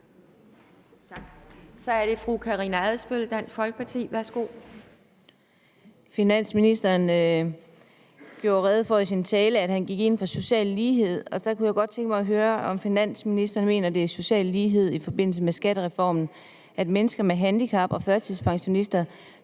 Så er det fru Karina Adsbøl, Dansk Folkeparti. Værsgo.